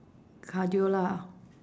cardio lah